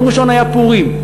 ביום ראשון היה פורים.